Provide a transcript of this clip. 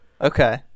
Okay